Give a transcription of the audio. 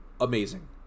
amazing